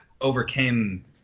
overcame